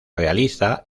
realiza